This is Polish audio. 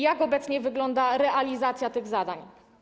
Jak obecnie wygląda realizacja tych zadań?